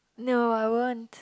no I won't